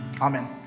Amen